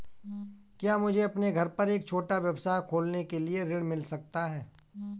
क्या मुझे अपने घर पर एक छोटा व्यवसाय खोलने के लिए ऋण मिल सकता है?